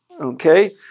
Okay